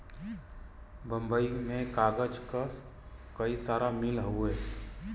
बम्बई में कागज क कई सारा मिल हउवे